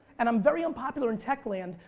and i'm very unpopular in tech-land,